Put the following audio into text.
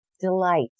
delight